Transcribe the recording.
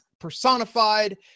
personified